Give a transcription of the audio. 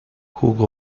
jugó